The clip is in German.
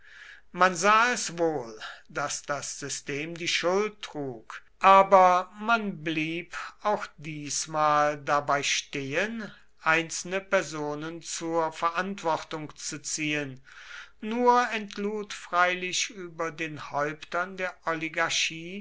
man sah es wohl daß das system die schuld trug aber man blieb auch diesmal dabei stehen einzelne personen zur verantwortung zu ziehen nur entlud freilich über den häuptern der oligarchie